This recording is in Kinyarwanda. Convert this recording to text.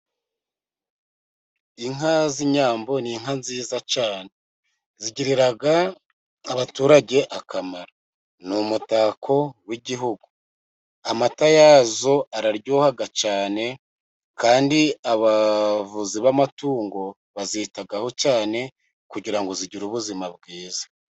Inka z'inyambo ni inka nziza cyane, zigirira abaturage akamaro. Ni umutako w'igihugu amata yazo araryoha cyane, kandi abavuzi b'amatungo bazitaho cyane kugira ngo zigire ubuzima bwiza.